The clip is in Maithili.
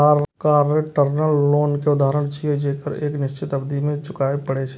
कार ऋण टर्म लोन के उदाहरण छियै, जेकरा एक निश्चित अवधि मे चुकबै पड़ै छै